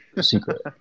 Secret